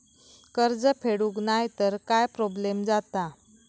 कर्ज फेडूक नाय तर काय प्रोब्लेम जाता?